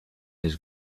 his